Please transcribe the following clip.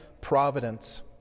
providence